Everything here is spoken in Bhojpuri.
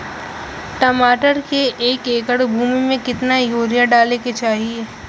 टमाटर के एक एकड़ भूमि मे कितना यूरिया डाले के चाही?